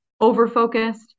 over-focused